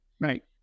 right